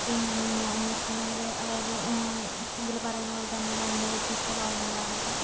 പിന്നെ എന്നുവെച്ചിട്ടുണ്ടെങ്കിൽ അതായത് ഇതിൽ പറയുന്ന പോലെത്തന്നെ രണ്ടു വ്യത്യസ്ത ലോകങ്ങളാണ് ഇപ്പം